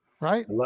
Right